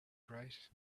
right